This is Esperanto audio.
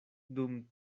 dum